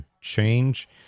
change